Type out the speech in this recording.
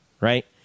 right